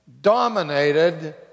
dominated